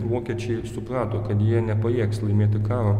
vokiečiai suprato kad jie nepajėgs laimėti karo